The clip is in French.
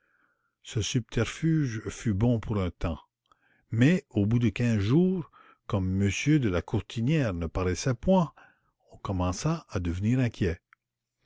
ce subterfuge fut bon pour un tems mais au bout de quinze jours comme m de la courtinière ne paraissait point on commença à devenir inquiet